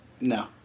No